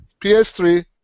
PS3